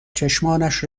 چشمانش